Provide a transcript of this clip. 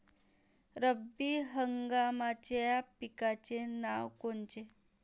रब्बी हंगामाच्या पिकाचे नावं कोनचे?